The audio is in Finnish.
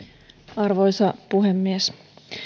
arvoisa puhemies